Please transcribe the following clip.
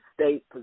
state